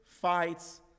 fights